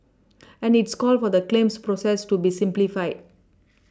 and it's called for the claims process to be simplified